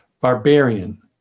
barbarian